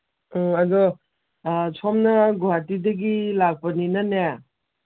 ꯎꯝ ꯑꯗꯨ ꯁꯣꯝꯅ ꯒꯨꯍꯥꯇꯤꯗꯒꯤ ꯂꯥꯛꯄꯅꯤꯅꯅꯦ